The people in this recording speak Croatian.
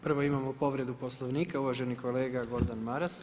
Prvo imamo povredu Poslovnika, uvaženi kolega Gordan Maras.